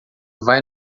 vai